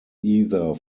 either